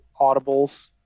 audibles